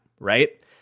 Right